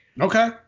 Okay